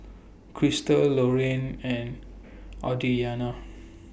Crystal Loraine and Audrianna